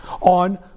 on